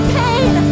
pain